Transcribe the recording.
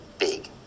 big